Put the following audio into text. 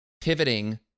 pivoting